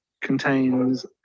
contains